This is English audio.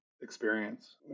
experience